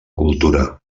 cultura